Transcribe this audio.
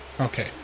Okay